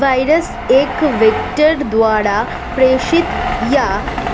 virus एक vector द्वारा प्रेषित या